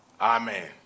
Amen